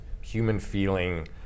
human-feeling